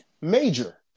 major